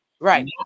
right